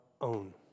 own